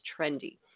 trendy